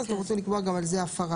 אתם רוצים לקבוע גם על זה הפרה?